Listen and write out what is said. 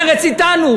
מרצ אתנו,